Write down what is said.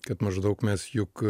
kad maždaug mes juk